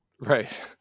Right